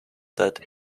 that